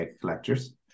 collectors